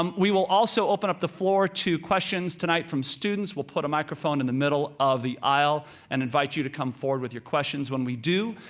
um we will also open up the floor to questions tonight from students. we'll put a microphone in the middle of the aisle, and invite you to come forward with your questions. when we do,